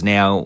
Now